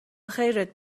خیرت